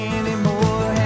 anymore